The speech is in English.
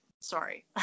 sorry